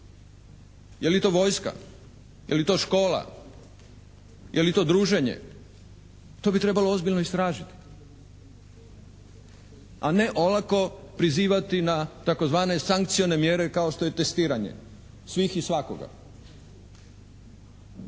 Je li to vojska? Je li to škola? Je li to druženje? To bi trebalo ozbiljno istražiti. A ne olako prizivati na tzv. sankcione mjere kao što je testiranje svih i svakoga.